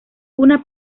una